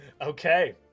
Okay